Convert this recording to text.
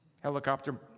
Helicopter